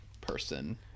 Person